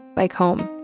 bike home.